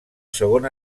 segon